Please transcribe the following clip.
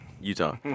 Utah